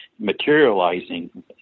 materializing